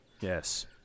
Yes